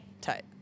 tight